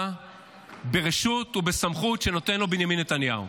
ברשות ובסמכות שנותן לו בנימין נתניהו.